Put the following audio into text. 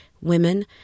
Women